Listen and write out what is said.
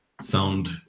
sound